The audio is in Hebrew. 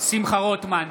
שמחה רוטמן,